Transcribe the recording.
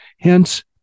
Hence